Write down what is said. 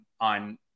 on